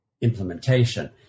implementation